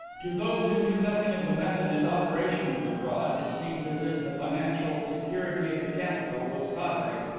to those who knew nothing of the method and operation of the fraud it seemed as if the financial security of the capital was tottering.